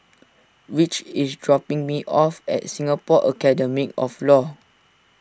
Rich is dropping me off at Singapore Academy of Law